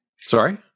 Sorry